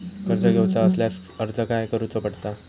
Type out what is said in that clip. कर्ज घेऊचा असल्यास अर्ज खाय करूचो पडता?